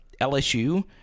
LSU